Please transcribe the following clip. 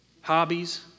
Hobbies